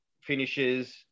finishes